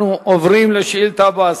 אנחנו עוברים לשאילתא הבאה.